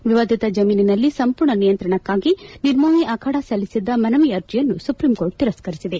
ವಿವಾದಿತ ಜಮೀನಿನ ಸಂಪೂರ್ಣ ನಿಯಂತ್ರಣಕ್ಕಾಗಿ ನಿರ್ಮೋಹಿ ಅಖಾಡ ಸಲ್ಲಿಸಿದ್ದ ಮನವಿ ಅರ್ಜಿಯನ್ನು ಸುಪ್ರೀಂಕೋರ್ಟ್ ತಿರಸ್ಕರಿಸಿದೆ